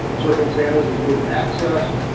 surfing santas is open access.